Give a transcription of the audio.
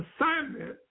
assignment